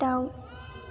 दाउ